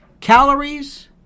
Calories